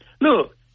Look